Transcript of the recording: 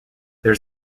there